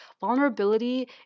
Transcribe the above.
Vulnerability